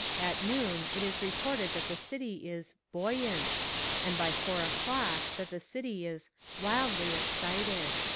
at noon it is reported that the city is buoyant and by four o'clock that the city is wildly excited.